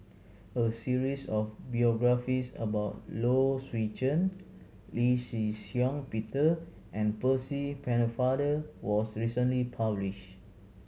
a series of biographies about Low Swee Chen Lee Shih Shiong Peter and Percy Pennefather was recently publish